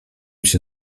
się